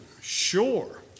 sure